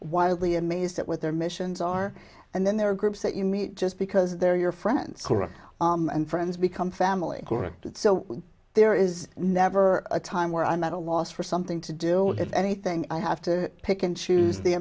wildly amazed at what their missions are and then there are groups that you meet just because they're your friends and friends become family corrected so there is never a time where i'm at a loss for something to do anything i have to pick and choose the